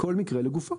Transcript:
כל מקרה לגופו.